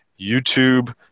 YouTube